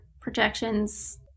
projections